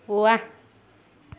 ৱাহ